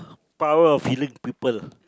power of healing people